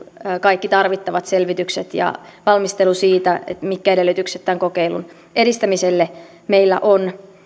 kaikki tarvittavat selvitykset ja valmistelu siitä mitkä edellytykset tämän kokeilun edistämiselle meillä on